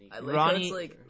Ronnie